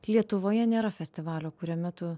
lietuvoje nėra festivalio kuriame tu